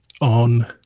on